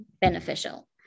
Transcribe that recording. beneficial